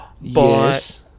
Yes